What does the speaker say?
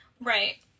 Right